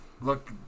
look